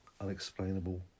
unexplainable